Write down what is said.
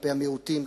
כלפי המיעוטים,